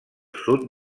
sud